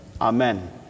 Amen